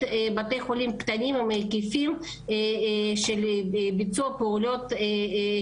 בתי חולים קטנים עם היקף קטן יותר של ביצוע פעולות.